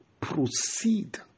Proceed